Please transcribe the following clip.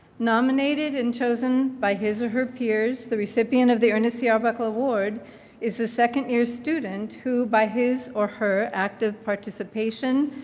nominated and chosen by his or her peers, the recipient of the ernest c arbuckle award is a second year student who by his or her active participation,